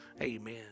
Amen